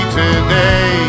today